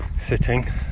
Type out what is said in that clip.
sitting